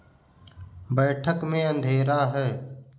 बैठक में अंधेरा है